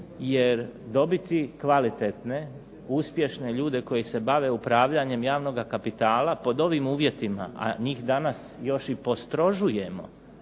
jer dobiti kvalitetne, uspješne ljude koji se bave upravljanjem javnoga kapitala pod ovim uvjetima, a njih danas još i postrožujemo